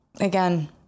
again